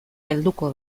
helduko